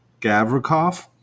Gavrikov